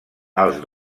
els